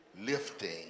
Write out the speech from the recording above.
Lifting